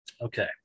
okay